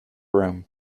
room